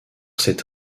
cette